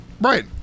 Right